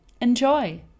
Enjoy